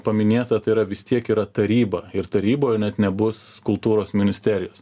paminėta tai yra vis tiek yra taryba ir taryboje net nebus kultūros ministerijos